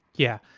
yeah.